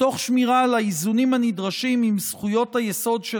תוך שמירה על האיזונים הנדרשים עם זכויות היסוד של